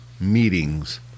Meetings